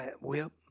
whip